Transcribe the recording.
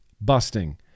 busting